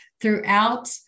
throughout